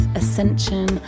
ascension